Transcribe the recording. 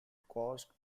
cost